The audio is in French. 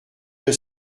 deux